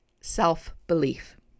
Self-belief